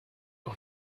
und